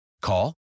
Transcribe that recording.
Call